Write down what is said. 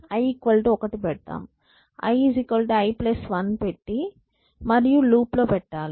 i 1 పెడ్తామ్ i i 1 పెట్టి మరియు లూప్ లో పెట్టాలి